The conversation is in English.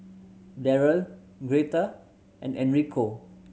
Daryle Greta and Enrico